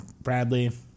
Bradley